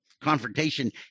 confrontation